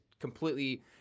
completely